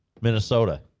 Minnesota